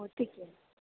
हो ठीक आहे